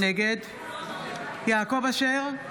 נגד יעקב אשר,